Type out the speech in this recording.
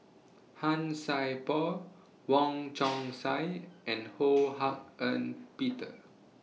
Han Sai Por Wong Chong Sai and Ho Hak Ean Peter